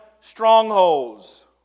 strongholds